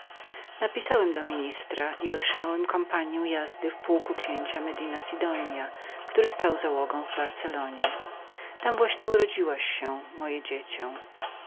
napisałem do ministra i otrzymałem kompaniję jazdy w pułku medina sidonia który stał na załodze w barcellonie przybyliśmy i tam urodziłaś się moje dziecię